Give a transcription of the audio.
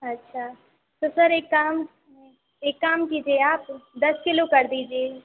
अच्छा तो सर एक काम एक काम कीजिए आप दस किलो कर दीजिए